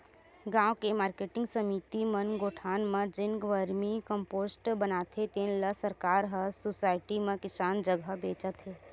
गाँव के मारकेटिंग समिति मन गोठान म जेन वरमी कम्पोस्ट बनाथे तेन ल सरकार ह सुसायटी म किसान जघा बेचत हे